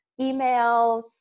emails